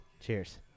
cheers